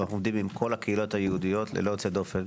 עם כל הקהילות היהודיות ללא יוצא דופן,